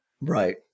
Right